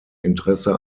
interesse